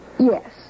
Yes